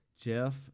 Jeff